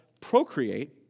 procreate